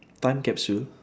time capsule